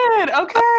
Okay